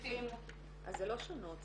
רכיב חיוני באמצעי תשלום שלא בהסכמת המשלם,